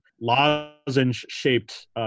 lozenge-shaped